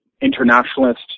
internationalist